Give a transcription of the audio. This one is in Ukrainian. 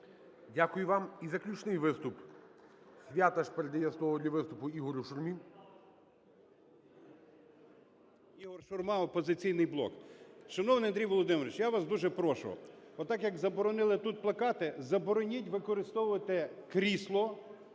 Дякую вам. І заключний виступ. Святаш передає слово для виступу Ігорю Шурмі. 10:36:10 ШУРМА І.М. Ігор Шурма, "Опозиційний блок". Шановний Андрій Володимирович, я вас дуже прошу, отак, як заборонили тут плакати, забороніть використовувати крісло